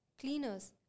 cleaners